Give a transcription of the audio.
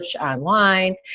online